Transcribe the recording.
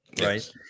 right